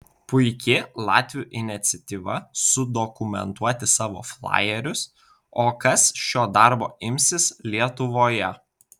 puiki latvių iniciatyva sudokumentuoti savo flajerius o kas šio darbo imsis lietuvoje